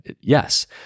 Yes